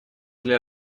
для